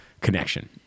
connection